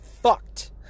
fucked